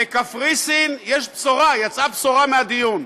בקפריסין, יש בשורה, יצאה בשורה מהדיון: